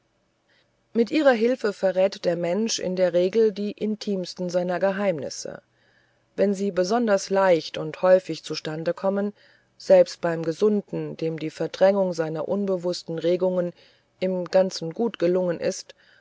mit ihrer hilfe verrät der mensch in der regel die intimsten seiner geheimnisse wenn sie besonders leicht und häufig zu stande kommen selbst beim gesunden dem die verdrängung seiner unbewußten regungen im ganzen gut gelungen ist